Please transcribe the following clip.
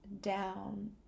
down